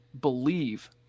believe